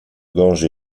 gange